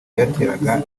byateraga